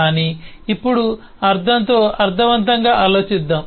కానీ ఇప్పుడు అర్థంతో అర్థవంతంగా ఆలోచిద్దాం